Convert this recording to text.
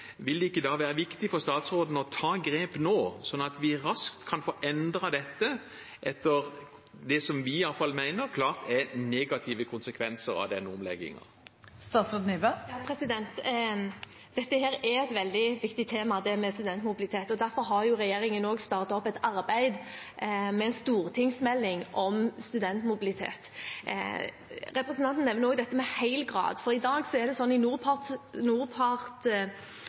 vil det ikke da være viktig for statsråden å ta grep nå, sånn at vi raskt kan få endret dette, etter det som i alle fall vi mener er klart negative konsekvenser av denne omleggingen? Studentmobilitet er et veldig viktig tema, og derfor har regjeringen startet opp et arbeid med en stortingsmelding om studentmobilitet. Representanten Grøvan nevner også hel grad. I NORPART-systemet i dag får man ikke tatt hele graden; man får bare tatt deler av graden sin i